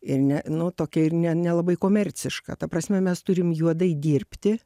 ir ne nu tokia ir ne nelabai komerciška ta prasme mes turim juodai dirbti